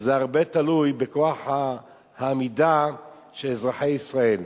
הרבה תלוי בכוח העמידה של אזרחי ישראל.